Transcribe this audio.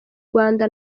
rwanda